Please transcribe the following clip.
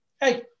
hey